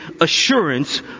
assurance